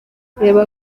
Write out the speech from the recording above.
reba